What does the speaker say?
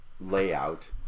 layout